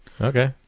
Okay